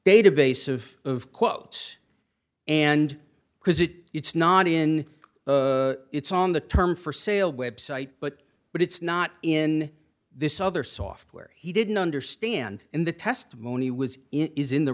database of quotes and because it it's not in it's on the term for sale website but but it's not in this other software he didn't understand and the testimony was in is in the